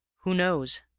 who knows?